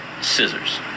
Scissors